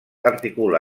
articula